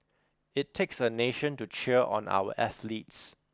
it takes a nation to cheer on our athletes